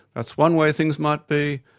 that's one way things might be,